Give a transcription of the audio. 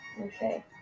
Okay